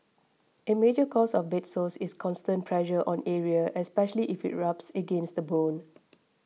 a major cause of bed sores is constant pressure on area especially if it rubs against the bone